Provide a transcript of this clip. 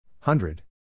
Hundred